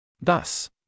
Thus